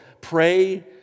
Pray